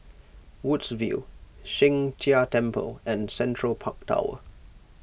Woodsville Sheng Jia Temple and Central Park Tower